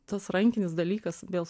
tas rankinis dalykas vėl su